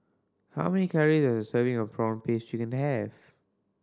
how many calorie does a serving of prawn paste chicken have